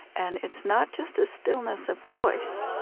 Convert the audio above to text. and it's not just a stillness of voice,